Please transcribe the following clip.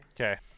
Okay